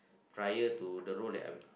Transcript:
prior to the role that I'm